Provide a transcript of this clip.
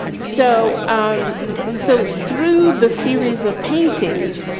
so um so through the series of paintings,